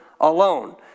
alone